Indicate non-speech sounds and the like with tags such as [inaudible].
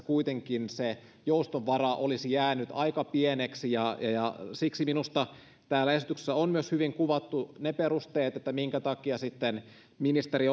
[unintelligible] kuitenkin se joustovara olisi jäänyt tosiasiassa aika pieneksi ja ja siksi minusta täällä esityksessä on myös hyvin kuvattu ne perusteet että minkä takia sitten ministeri [unintelligible]